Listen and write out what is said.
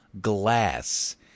glass